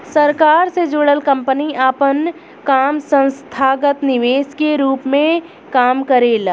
सरकार से जुड़ल कंपनी आपन काम संस्थागत निवेशक के रूप में काम करेला